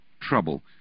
trouble